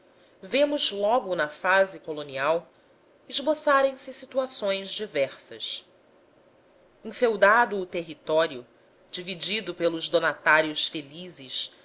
vemos logo na fase colonial esboçarem se situações diversas enfeudado o território dividido pelos donatários felizes